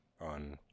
on